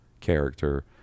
character